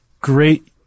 great